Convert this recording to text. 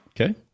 Okay